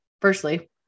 Firstly